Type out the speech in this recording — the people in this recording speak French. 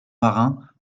marin